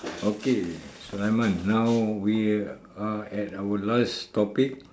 okay sulaiman now we are at our last topic